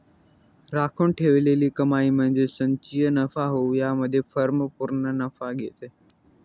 राखून ठेवलेली कमाई म्हणजे संचयी नफा होय यामध्ये फर्म पूर्ण नफा घेते